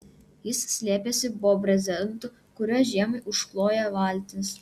jis slėpėsi po brezentu kuriuo žiemai užkloja valtis